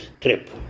trip